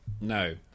no